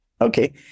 Okay